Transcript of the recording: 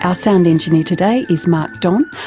ah sound engineer today is mark don.